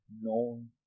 known